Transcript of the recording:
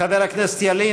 חבר הכנסת ילין,